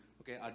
Okay